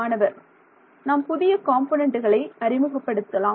மாணவர் நாம் புதிய காம்பொனன்ட்டுகளை அறிமுகப்படுத்தலாம்